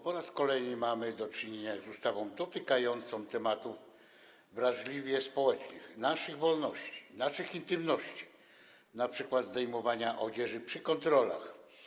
Po raz kolejny mamy do czynienia z ustawą dotykającą tematów wrażliwych społecznie, naszych wolności, naszej intymności, np. zdejmowania odzieży przy kontrolach.